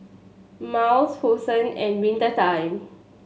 Miles Hosen and Winter Time